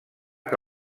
que